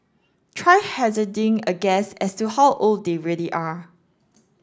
try hazarding a guess as to how old they really are